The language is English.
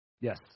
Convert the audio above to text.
Yes